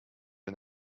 and